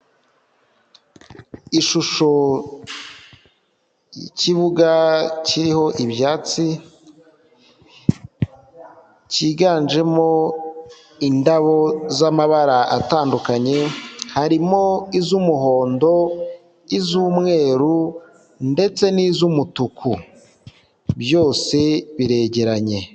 Ishusho y'ikibuga kiriho ibyatsi, cyiganjemo indabo z'amabara atandukanye, harimo iz'umuhondo, iz'umweru ndetse n'iz'umutuku, byose biregeranye.